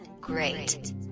Great